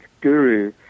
guru